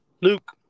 Luke